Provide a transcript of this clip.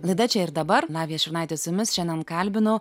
laida čia ir dabar lavija šurnaitė su jumis šiandien kalbinu